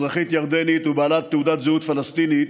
אזרחית ירדנית ובעלת תעודת זהות פלסטינית,